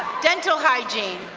dental hygiene.